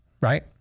right